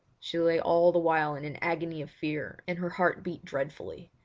she lay all the while in an agony of fear, and her heart beat dreadfully.